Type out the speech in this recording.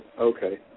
okay